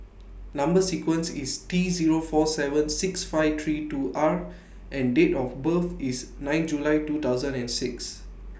Number sequence IS T Zero four seven six five three two R and Date of birth IS nine July two thousand and six